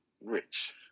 rich